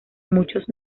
muchos